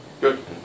Good